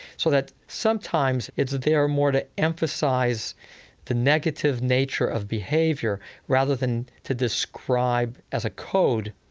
so that sometimes it's there more to emphasize the negative nature of behavior rather than to describe, as a code,